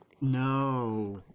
No